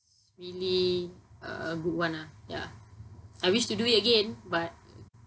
it's really uh a good one lah ya I wish to do it again but